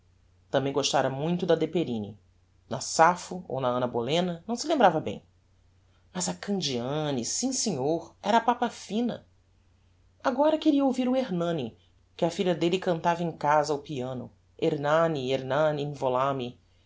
tambem gostara muito da deperini na sapho ou na anna bolena não se lembrava bem mas a candiani sim senhor era papa fina agora queria ouvir o ernani que a filha delle cantava em casa ao piano ernani ernani